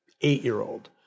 eight-year-old